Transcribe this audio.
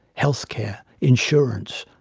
health care, insurance,